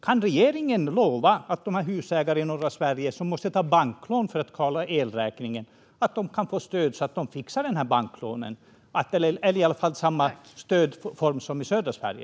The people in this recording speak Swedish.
Kan regeringen lova att husägare i norra Sverige som måste ta banklån för att betala elräkningen kan få stöd så att de fixar banklånen, eller i varje fall får samma stödform som i södra Sverige?